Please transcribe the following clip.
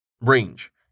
Range